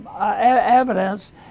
evidence